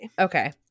Okay